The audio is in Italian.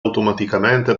automaticamente